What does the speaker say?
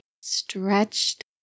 stretched